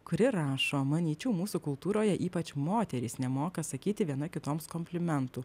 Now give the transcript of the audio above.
kuri rašo manyčiau mūsų kultūroje ypač moterys nemoka sakyti viena kitoms komplimentų